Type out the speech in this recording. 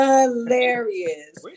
Hilarious